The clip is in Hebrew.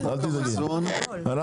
המזון.